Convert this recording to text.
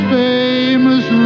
famous